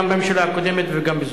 גם בממשלה הקודמת וגם בזאת.